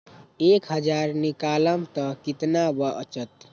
एक हज़ार निकालम त कितना वचत?